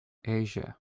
asia